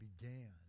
began